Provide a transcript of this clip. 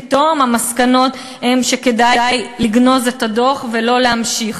פתאום המסקנות הן שכדאי לגנוז את הדוח ולא להמשיך.